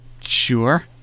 Sure